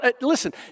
Listen